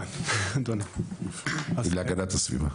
להגנת הסביבה.